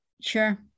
Sure